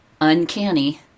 uncanny